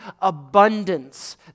abundance